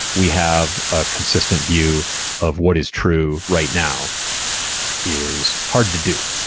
we have a consistent view of what is true right now is hard to do.